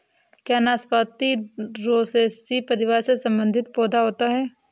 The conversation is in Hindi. क्या नाशपाती रोसैसी परिवार से संबंधित पौधा होता है?